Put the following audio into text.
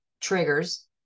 triggers